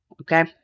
Okay